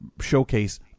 showcase